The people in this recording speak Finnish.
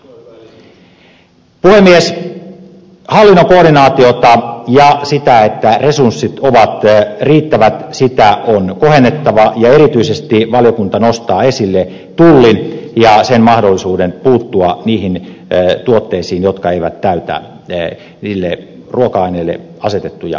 hallinnon koordinaatiota ja sitä että resurssit ovat riittävät on kohennettava ja erityisesti valiokunta nostaa esille tullin ja sen mahdollisuuden puuttua niihin tuotteisiin jotka eivät täytä ruoka aineille asetettuja vaatimuksia